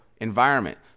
environment